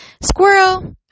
Squirrel